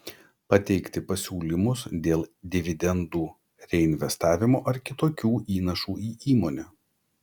pateikti pasiūlymus dėl dividendų reinvestavimo ar kitokių įnašų į įmonę